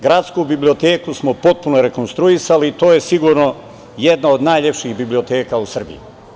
Gradsku biblioteku smo potpuno rekonstruisali i to je sigurno jedna od najlepših biblioteka u Srbiji.